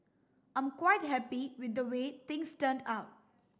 I'm quite happy with the way things turned out